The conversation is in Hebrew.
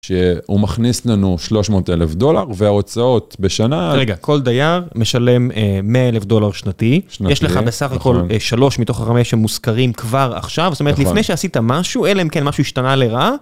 שהוא מכניס לנו 300,000 דולר, וההוצאות בשנה... רגע, כל דייר משלם 100,000 דולר שנתי. יש לך בסך הכל שלוש מתוך החמש שמושכרים כבר עכשיו, זאת אומרת, לפני שעשית משהו, אלא אם כן משהו השתנה לרעה,